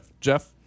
Jeff